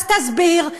אז תסביר,